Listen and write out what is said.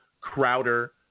Crowder